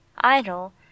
idle